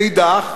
מנגד,